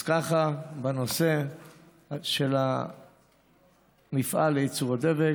אז ככה שבנושא של המפעל לייצור הדבק